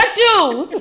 shoes